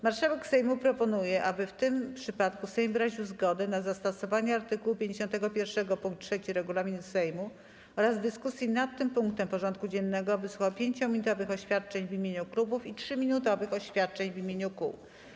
Marszałek Sejmu proponuje, aby w tym przypadku Sejm wyraził zgodę na zastosowanie art. 51 pkt 3 regulaminu Sejmu oraz w dyskusji nad tym punktem porządku dziennego wysłuchał 5-minutowych oświadczeń w imieniu klubów i 3-minutowych oświadczeń w imieniu kół.